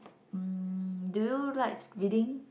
mm do you likes reading